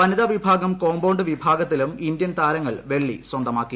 വനിതാ വിഭാഗം കോംപൌഡ് വിഭാഗത്തിലും ഇന്ത്യൻ താരങ്ങൾ വെള്ളി സ്വന്തമാക്കി